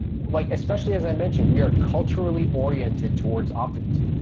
like especially as i mentioned we are culturally oriented towards optimism,